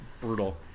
brutal